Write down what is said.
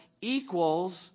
equals